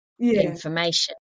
information